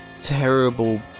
terrible